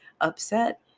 upset